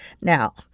Now